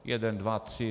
Jeden, dva, tři.